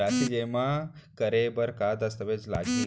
राशि जेमा करे बर का दस्तावेज लागही?